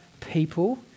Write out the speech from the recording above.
people